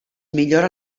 millora